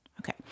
Okay